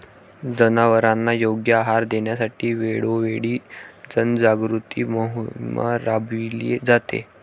जनावरांना योग्य आहार देण्यासाठी वेळोवेळी जनजागृती मोहीम राबविली जाते